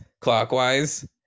clockwise